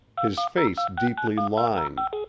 his face deeply lined,